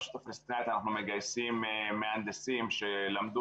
ברשות הפלסטינית אנחנו מגייסים מהנדסים שלמדו